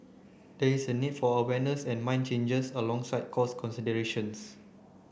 there is a need for awareness and mindset changes alongside cost considerations